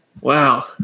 wow